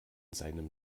seinem